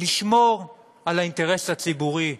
לשמור על האינטרס הציבורי,